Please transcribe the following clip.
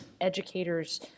educators